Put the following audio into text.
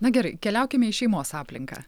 na gerai keliaukime į šeimos aplinką